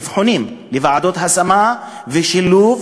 אבחונים לוועדות השמה ושילוב,